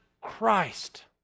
Christ